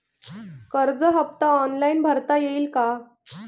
कर्ज हफ्ता ऑनलाईन भरता येईल का?